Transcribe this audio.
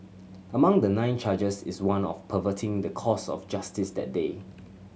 among the nine charges is one of perverting the course of justice that day